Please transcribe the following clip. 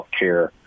healthcare